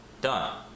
done